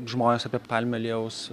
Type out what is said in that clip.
žmones apie palmių aliejaus